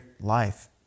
life